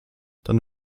dann